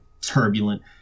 turbulent